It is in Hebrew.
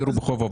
למה?